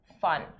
fun